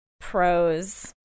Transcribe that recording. pros